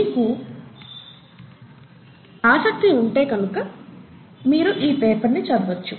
మీకు ఆసక్తి ఉంటే మీరు ఈ పేపర్ ని చదవొచ్చు